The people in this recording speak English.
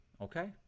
Okay